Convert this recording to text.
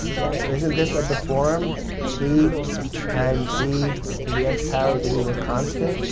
yeah, so isn't this of the form and p times v to the nth power is equal to a constant